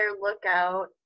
lookout